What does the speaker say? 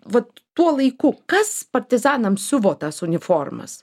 vat tuo laiku kas partizanam siuvo tas uniformas